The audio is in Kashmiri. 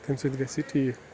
تَمہِ سۭتۍ گژھِ یہِ ٹھیٖک